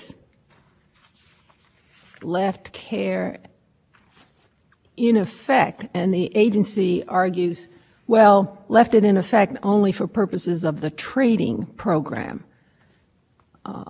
left care in effect and the agency argues well left it in effect only for purposes of the trading program at least that's what it says in its brief now